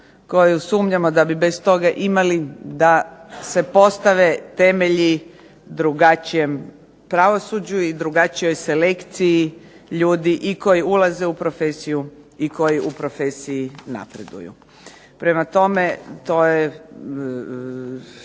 koju sumnjamo da bi bez toga imali da se postave temelji drugačijem pravosuđu i drugačijoj selekciji ljudi i koji ulaze u profesiju i koji u profesiji napreduju. Prema tome, to je